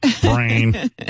Brain